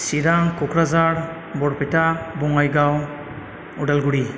Chirang Kokrajhar Barpeta Bongaigaon Udalguri